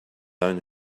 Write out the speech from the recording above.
own